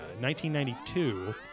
1992